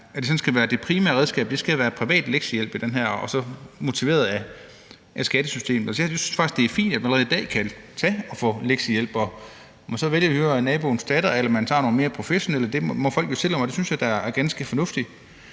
altså ikke, at det primære redskab skal være privat lektiehjælp og så motiveret af et skattesystem. Jeg synes faktisk, det er fint, at man allerede i dag kan tage og få lektiehjælp, og om man så vælger, at det er naboens datter, der giver den, eller man tager nogle mere professionelle, må folk jo selv om, og det synes jeg da er ganske fornuftigt.